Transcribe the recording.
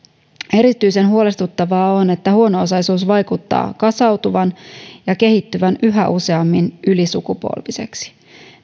erityisen huolestuttavaa on että huono osaisuus vaikuttaa kasautuvan ja kehittyvän yhä useammin ylisukupolviseksi